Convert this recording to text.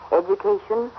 education